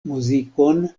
muzikon